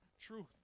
truth